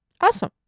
Awesome